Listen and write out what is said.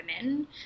women